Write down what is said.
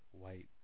white